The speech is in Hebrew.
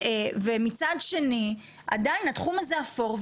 ומצד שני, עדיין התחום הזה אפור.